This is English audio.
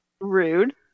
Rude